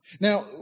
Now